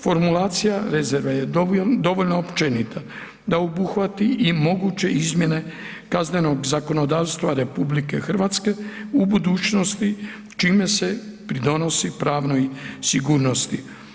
Formulacija rezerve je dovoljno općenita da obuhvati i moguće izmjene kaznenog zakonodavstva RH u budućnosti čime se pridonosi pravnoj sigurnosti.